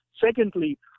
Secondly